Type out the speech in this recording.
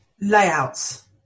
layouts